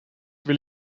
will